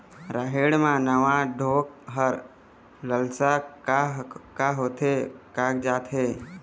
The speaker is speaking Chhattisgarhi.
रहेड़ म नावा डोंक हर लसलसा काहे होथे कागजात हे?